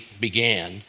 began